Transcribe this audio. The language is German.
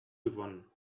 gewonnen